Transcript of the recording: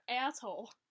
asshole